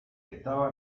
estaba